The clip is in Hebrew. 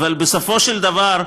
אבל בסופו של דבר,